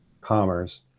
commerce